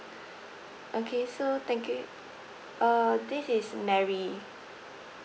okay so thank you uh this is marie